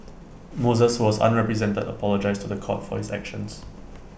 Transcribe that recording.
Moses who was unrepresented apologised to The Court for his actions